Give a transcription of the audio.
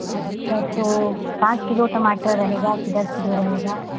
अच्छा तो पाँच किलो टमाटर रहेगा कि दस किलो रहेगा